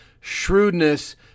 shrewdness